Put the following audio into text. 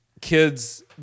kids